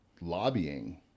lobbying